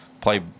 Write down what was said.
Play